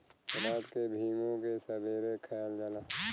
रात के भिगो के सबेरे खायल जाला